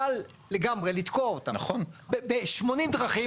קל לגמרי לתקוע אותה ב-80 דרכים,